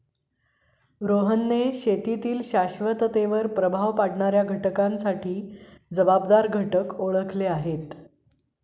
रोहनने शेतीतील शाश्वततेवर प्रभाव पाडणाऱ्या घटकांसाठी जबाबदार घटक ओळखले आहेत